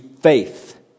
faith